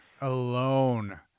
Alone